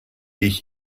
ich